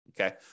Okay